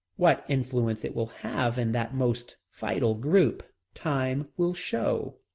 what influence it will have in that most vital group, time will show.